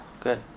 good